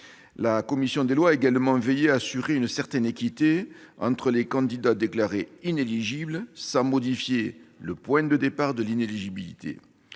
La commission des lois a également veillé à assurer une certaine équité entre les candidats déclarés inéligibles sans modifier le point de départ de l'inéligibilité.